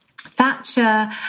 thatcher